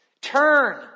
Turn